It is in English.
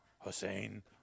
Hussein